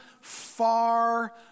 far